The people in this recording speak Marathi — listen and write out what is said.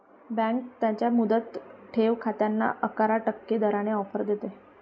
बँक त्यांच्या मुदत ठेव खात्यांना अकरा टक्के दराने ऑफर देते